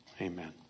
amen